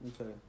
Okay